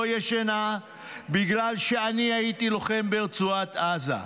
ישנה בגלל שאני הייתי לוחם ברצועת עזה,